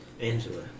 Angela